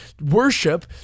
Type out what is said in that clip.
worship